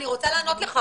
אני רוצה לענות לך.